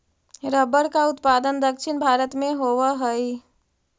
rubber का उत्पादन दक्षिण भारत में होवअ हई